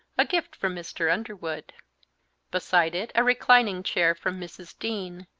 a gift from mr. underwood beside it a reclining chair from mrs. dean,